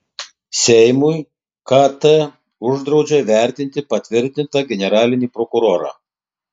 seimui kt uždraudžia vertinti patvirtintą generalinį prokurorą